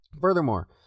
Furthermore